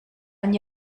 and